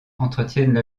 entretiennent